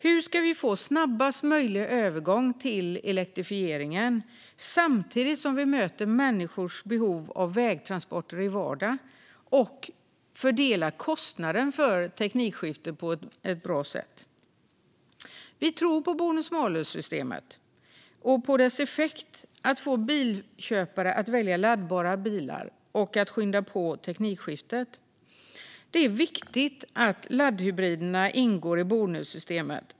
Hur ska vi få snabbast möjliga övergång till elektrifieringen samtidigt som vi möter människors behov av vägtransporter i vardagen och fördelar kostnaden för teknikskiftet på ett bra sätt? Vi tror på bonus-malus-systemet och på dess möjlighet att få bilköpare att välja laddbara bilar och att skynda på teknikskiftet. Det är viktigt att laddhybriderna ingår i bonussystemet.